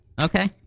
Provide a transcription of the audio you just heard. Okay